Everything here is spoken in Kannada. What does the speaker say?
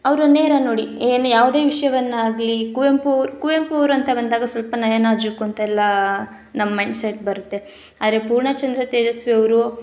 ಅವರ ನೇರ ನುಡಿ ಏನೇ ಯಾವುದೇ ವಿಷ್ಯವನ್ನು ಆಗಲಿ ಕುವೆಂಪು ಅವ್ರ ಕುವೆಂಪು ಅವರು ಅಂತ ಬಂದಾಗ ಸ್ವಲ್ಪ ನಯ ನಾಜೂಕು ಅಂತೆಲ್ಲಾ ನಮ್ಮ ಮೈಂಡ್ ಸೆಟ್ ಬರುತ್ತೆ ಆದರೆ ಪೂರ್ಣಚಂದ್ರ ತೇಜಸ್ವಿ ಅವರು